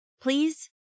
Please